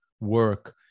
work